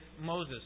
Moses